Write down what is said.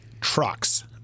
trucks